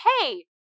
hey